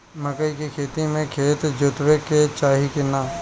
मकई के खेती मे खेत जोतावे के चाही किना?